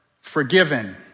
forgiven